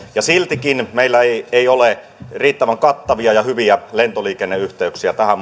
siltikään meillä ei ei ole riittävän kattavia ja ja hyviä lentoliikenneyhteyksiä tähän